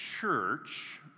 church